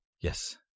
yes